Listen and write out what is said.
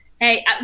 Hey